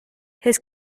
his